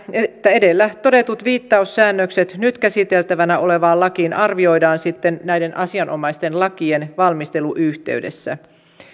että edellä todetut viittaussäännökset nyt käsiteltävänä olevaan lakiin arvioidaan sitten näiden asianomaisten lakien valmistelun yhteydessä